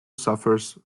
suffers